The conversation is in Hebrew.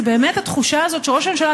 זה באמת התחושה הזאת שראש הממשלה,